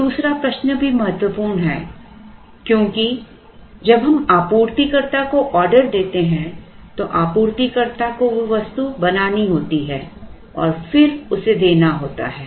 अब दूसरा प्रश्न भी महत्वपूर्ण है क्योंकि जब हम आपूर्तिकर्ता को ऑर्डर देते हैं तो आपूर्तिकर्ता को वह वस्तु बनानी होती है और फिर उसे देना होता है